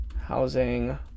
housing